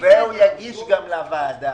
והוא יגיש גם לוועדה.